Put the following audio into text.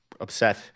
upset